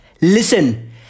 Listen